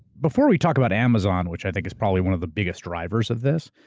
before we talk about amazon, which i think is probably one of the biggest drivers of this,